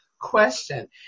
question